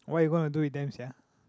what you going to do with them sia